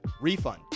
refund